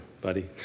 buddy